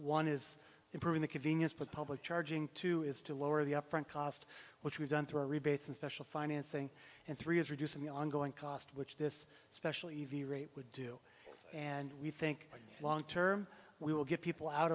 one is improving the convenience but public charging too is to lower the upfront cost which we've done through our rebates and special financing and three is reducing the ongoing cost which this special evy rate would do and we think long term we will get people out